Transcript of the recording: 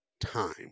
time